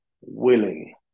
willing